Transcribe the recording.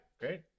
Great